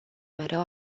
mereu